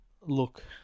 look